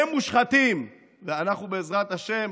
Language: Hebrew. הם מושחתים, ואנחנו בעזרת השם